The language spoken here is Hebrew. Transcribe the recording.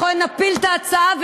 לכן נפיל את ההצעה,